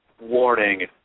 Warning